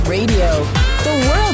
Radio